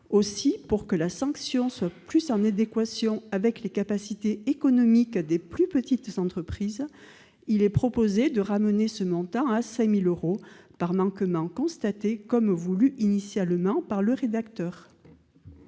Aussi, pour que la sanction soit plus en adéquation avec les capacités économiques des plus petites entreprises, il est proposé de ramener ce montant à 5 000 euros par manquement constaté, comme voulu initialement par le rédacteur.